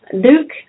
Duke